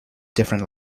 different